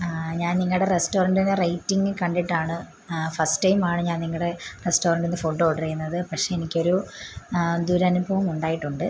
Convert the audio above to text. ഞാൻ നിങ്ങളുടെ റെസ്റ്റോറൻറ്റിലെ റേയ്റ്റിംഗ് കണ്ടിട്ടാണ് ഫസ്റ്റ് ടൈമാണ് ഞാൻ നിങ്ങളുടെ റെസ്റ്റോറൻറ്റുന്ന് ഫുഡ് ഓർഡർ ചെയ്യുന്നത് പക്ഷേ എനിക്കൊരു ദുരനുഭവം ഉണ്ടായിട്ടുണ്ട്